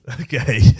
Okay